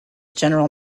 general